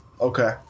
Okay